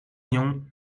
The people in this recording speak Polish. nią